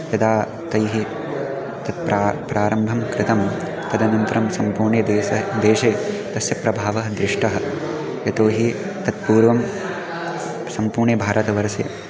यदा तैः तत् प्रा प्रारम्भं कृतं तदनन्तरं सम्पूर्णे देशे देशे तस्य प्रभावः दृष्टः यतो हि तत्पूर्वं सम्पूर्णे भारतवर्षे